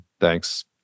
Thanks